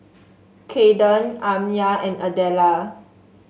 Kaden Amya and Adela